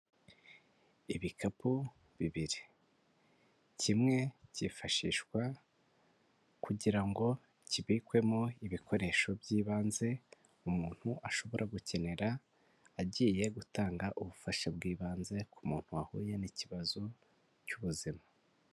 Ibikapu bibiri kimwe cyifashishwa kugira ngo kibikwemo ibikoresho by'ibanze umuntu ashobora gukenera agiye gutanga ubufasha bw'ibanze ku muntu wahuye n'ikibazo cy'ubuzima.